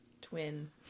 twin